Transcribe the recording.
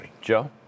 Joe